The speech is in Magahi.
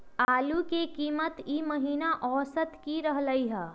आलू के कीमत ई महिना औसत की रहलई ह?